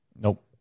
Nope